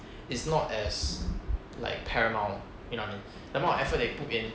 is not as like paramount you know what I mean the amount of effort that you put in